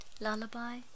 Lullaby